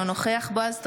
אינו נוכח בועז טופורובסקי,